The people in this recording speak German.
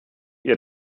ihr